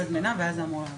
נושא הדיון.